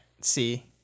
see